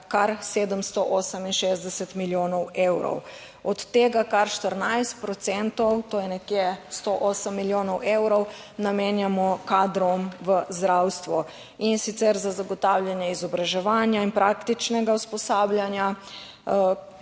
kar 768 milijonov evrov, od tega kar 14 procentov, to je nekje 108 milijonov evrov, namenjamo kadrom v zdravstvu, in sicer za zagotavljanje izobraževanja in praktičnega usposabljanja